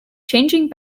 changing